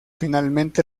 finalmente